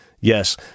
yes